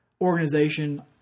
organization